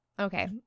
Okay